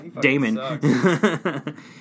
Damon